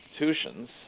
institutions